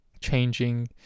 changing